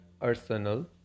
arsenal